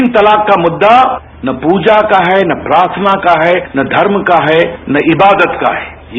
bite तीन तलाक का मुद्दा न प्रजा का है न प्रार्थना का है न धर्म का है न इबादत का है